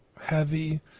heavy